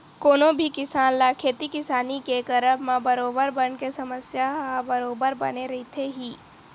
कोनो भी किसान ल खेती किसानी के करब म बरोबर बन के समस्या ह बरोबर बने रहिथे ही